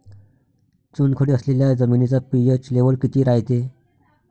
चुनखडी असलेल्या जमिनीचा पी.एच लेव्हल किती रायते?